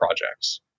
projects